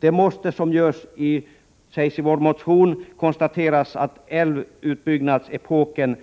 Det måste, som sägs i vår motion, konstateras att älvutbyggnadsepoken